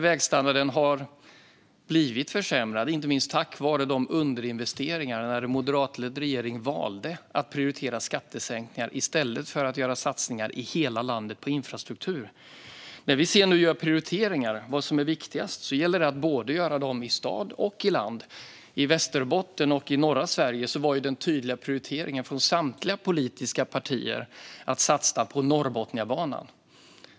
Vägstandarden har blivit försämrad, inte minst på grund av underinvesteringar när en moderatledd regering valde att prioritera skattesänkningar i stället för att göra satsningar på infrastruktur i hela landet. När vi nu gör prioriteringar av vad som är viktigast gäller det att göra dem både i stad och i land. I Västerbotten och norra Sverige var den tydliga prioriteringen från samtliga politiska partier att satsa på Norrbotniabanan.